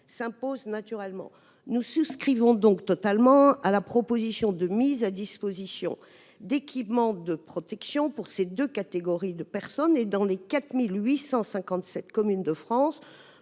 s'impose naturellement. Nous adhérons donc totalement à la proposition de mise à disposition d'équipements de protection pour ces deux catégories de personnes, dans les 4 857 communes de France